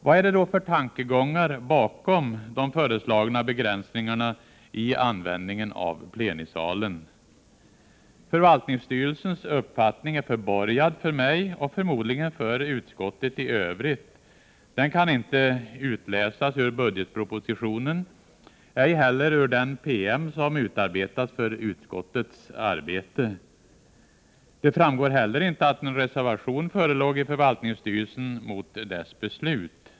Vad är det då för tankegångar bakom de föreslagna begränsningarna i användningen av plenisalen? Förvaltningsstyrelsens uppfattning är förborgad för mig och förmodligen för utskottet i övrigt. Den kan inte utläsas ur budgetpropositionen, ej heller ur den PM som utarbetats för utskottets arbete. Det framgår inte heller att en reservation förelåg i förvaltningsstyrelsen mot dess beslut.